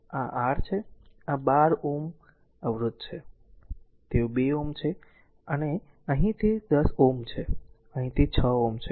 અને આ r છે આ 12 Ω ઓહ્મ અવરોધ છે તેઓ 2 Ω છે અહીં તે 10 ઓહ્મ છે અને અહીં તે 6 ઓહ્મ છે